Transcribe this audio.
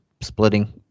splitting